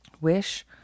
wish